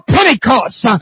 Pentecost